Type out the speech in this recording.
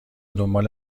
دنبال